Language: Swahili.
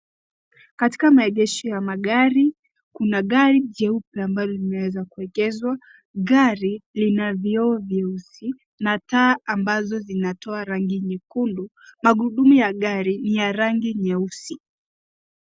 Katika maegesho ya magari, kuna gari jeupe, ambalo limeweza kuegezwa. Gari lina vioo vyeusi na taa ambazo zinatoa rangi nyekundu. Magurudumu ya gari ni ya rangi nyeusi.